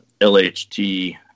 LHT